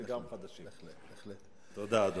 תודה, תודה.